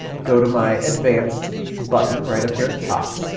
go to my advanced button right up here at the top,